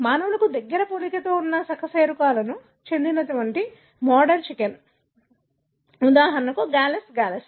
మానవులకు దగ్గర పోలికతో ఉండే సకశేరుకాలకు చెందినటువంటి మోడల్ చికెన్ ఉదాహరణకు గాలస్ గాలస్